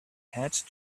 had